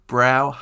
Brow